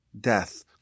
death